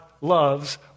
loves